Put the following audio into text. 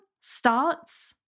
starts